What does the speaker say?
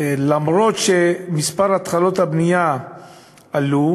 למרות העובדה שמספר התחלות הבנייה גדל,